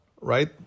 right